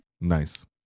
Nice